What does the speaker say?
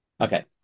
Okay